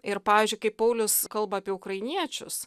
ir pavyzdžiui kaip paulius kalba apie ukrainiečius